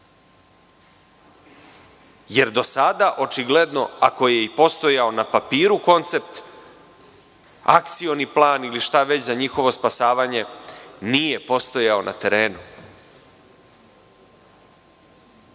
jer do sada, očigledno, ako je i postojao na papiru koncept, akcioni plan ili šta već za njihovo spasavanje, nije postojao na terenu. Ako